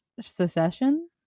Secession